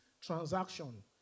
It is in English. transaction